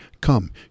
Come